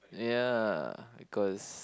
ya because